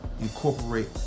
incorporate